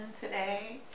today